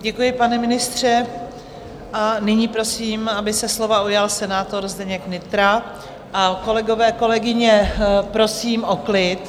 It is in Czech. Děkuji, pane ministře, a nyní prosím, aby se slova ujal senátor Zdeněk Nytra, a kolegové, kolegyně, prosím o klid.